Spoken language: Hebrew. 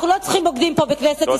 אנחנו לא צריכים בוגדים פה, בכנסת ישראל.